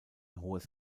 hohes